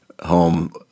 home